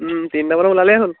তিনিটামানত ওলালেই হ'ল